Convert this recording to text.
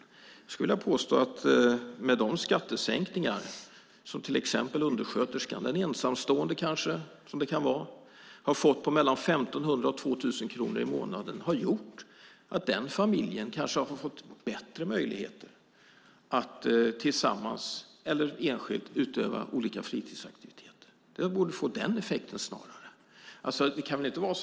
Jag skulle vilja påstå att de skattesänkningar som en undersköterska, kanske en ensamstående, har fått, med mellan 1 500 och 2 000 kronor i månaden, har gjort att den familjen har fått bättre möjligheter att tillsammans eller enskilt utöva olika fritidsaktiviteter. Det har snarare fått den effekten.